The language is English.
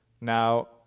Now